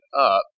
up